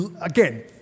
Again